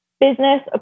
business